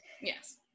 yes